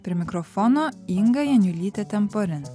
prie mikrofono inga janiulytė temporen